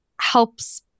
helps